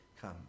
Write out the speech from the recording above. come